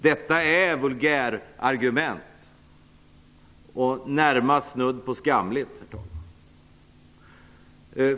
Detta är vulgärargument och närmast snudd på skamligt.